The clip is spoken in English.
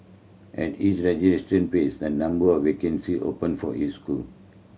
at each registration phase a number of vacancy open for each school